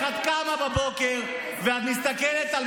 אני יכולה לפתוח את זה ולספר לך על כספיים קואליציוניים בממשלה הקודמת,